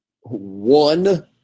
One